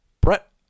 Brett